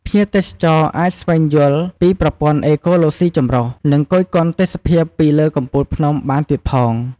ភ្ញៀវទេសចរអាចស្វែងយល់ពីប្រព័ន្ធអេកូឡូស៊ីចម្រុះ និងគយគន់ទេសភាពពីលើកំពូលភ្នំបានទៀតផង។